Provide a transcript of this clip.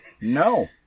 No